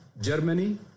Germany